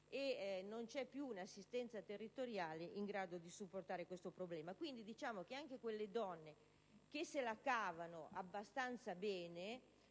e non c'è più un'assistenza territoriale in grado di supportare questo problema. Anche quelle donne, quindi, che se la cavano abbastanza bene,